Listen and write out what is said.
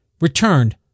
returned